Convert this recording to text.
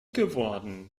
geworden